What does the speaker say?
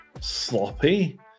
sloppy